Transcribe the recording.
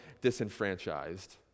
disenfranchised